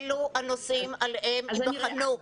אלה הנושאים בהם ייבחנו.